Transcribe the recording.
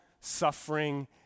suffering